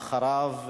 אחריו,